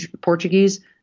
Portuguese